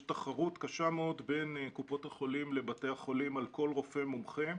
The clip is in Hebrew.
יש תחרות קשה מאוד בין קופות החולים לבתי החולים על כל רופא מומחה,